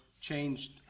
changed